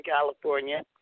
California